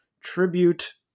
tribute